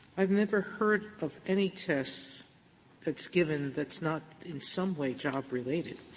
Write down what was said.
i've never heard of any test that's given that's not in some way job-related.